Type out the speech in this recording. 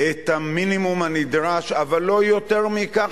את המינימום הנדרש, אבל לא יותר מכך.